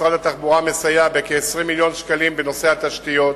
משרד התחבורה מסייע בכ-20 מיליון שקלים בנושא התשתיות.